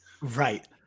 Right